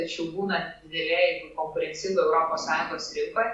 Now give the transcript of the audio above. tačiau būnat didelėj ir konkurencingoj europos sąjungos rinkoj